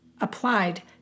applied